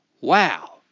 Wow